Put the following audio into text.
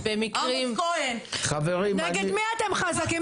עמוס כהן -- נגד מי אתם חזקים?